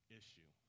issue